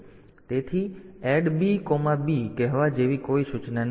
તેથી ADD BB કહેવા જેવી કોઈ સૂચના નથી